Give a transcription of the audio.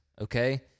Okay